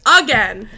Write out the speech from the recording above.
again